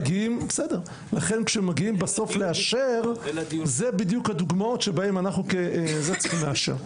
לכן כשמגיעים בסוף לאשר זה בדיוק הדוגמאות שבהן אנחנו צריכים לאשר.